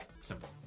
simple